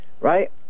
Right